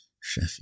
chef